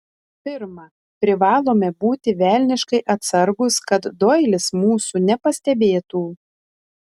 pirma privalome būti velniškai atsargūs kad doilis mūsų nepastebėtų